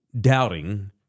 doubting